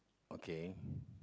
okay